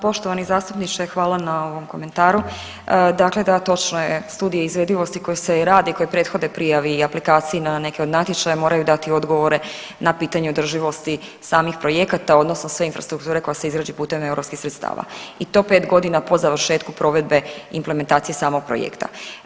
Poštovani zastupniče hvala na ovom komentaru dakle da točno je studije izvedivosti koje se i rade i koje i prethode prijavi i aplikaciji na neke od natječaja moraju dati odgovore na pitanje održivosti samih projekata odnosno sve infrastrukture koja se izradi putem europskih sredstava i to 5 godina po završetku provedbe implementacije provedbe samog projekta.